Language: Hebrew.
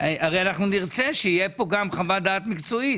הרי אנחנו נרצה שיהיה פה גם חוות דעת מקצועית,